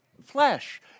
flesh